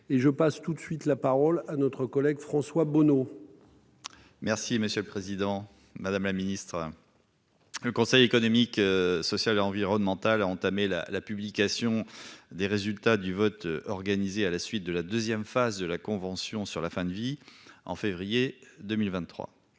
Et je passe tout de suite la parole à notre collègue François Bonneau. Merci, monsieur le Président Madame la Ministre. Le Conseil économique, social et environnemental a entamé la la publication des résultats du vote organisé à la suite de la 2ème phase de la convention sur la fin de vie. En février 2023.